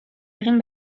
egin